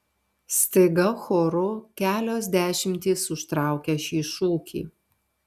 staiga choru kelios dešimtys užtraukia šį šūkį